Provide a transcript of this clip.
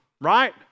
right